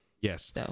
Yes